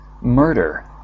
murder